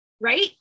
right